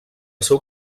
seu